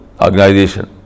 organization